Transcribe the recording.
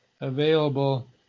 available